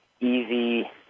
easy